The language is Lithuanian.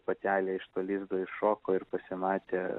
patelė iš to lizdo iššoko ir pasimatė